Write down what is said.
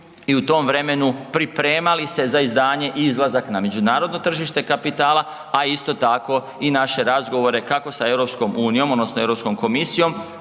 i u tom vremenu pripremali se za izdanje i izlazak na međunarodno tržište kapitala, a isto tako i naše razgovore kako sa EU odnosno Europskom komisijom